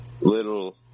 little